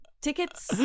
tickets